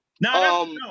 no